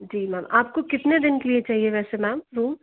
जी ma'am आपको कितने दिन के लिए चाहिए वैसे मैम रूम